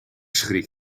schrik